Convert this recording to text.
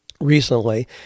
recently